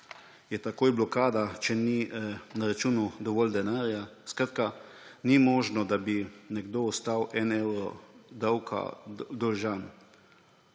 je takoj blokada, če ni na računu dovolj denarja. Skratka, ni možno, da bi nekdo ostal en evro davka dolžan.